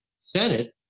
Senate